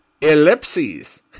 ellipses